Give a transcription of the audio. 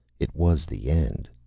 it was the end.